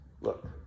Look